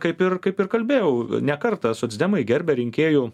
kaip ir kaip ir kalbėjau ne kartą socdemai gerbia rinkėjų